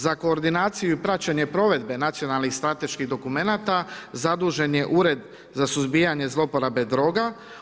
Za koordinaciju i praćenje provedbe nacionalnih strateških dokumenata zadužen je ured za suzbijanje zloporabe droga.